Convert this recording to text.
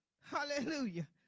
Hallelujah